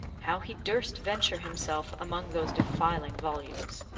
how he durst venture himself among those defiling volumes.